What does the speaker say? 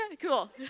cool